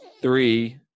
three